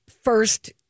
first